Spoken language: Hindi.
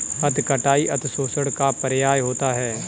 अति कटाई अतिशोषण का पर्याय होता है